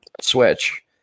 switch